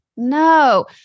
No